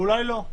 ואולי לא.